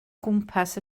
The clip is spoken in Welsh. gwmpas